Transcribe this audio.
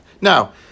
Now